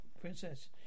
Princess